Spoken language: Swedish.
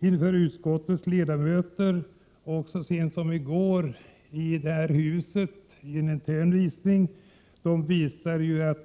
inför utskottets 18 maj 1988 ledamöter och vid en intern visning här i huset så sent som i går — framgår att Ändringarötryckfri.